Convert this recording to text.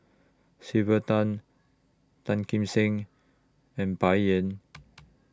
Sylvia Tan Tan Kim Seng and Bai Yan